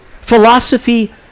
philosophy